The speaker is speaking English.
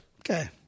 okay